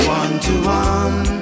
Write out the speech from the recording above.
one-to-one